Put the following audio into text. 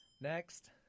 Next